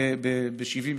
ב-70 שנה.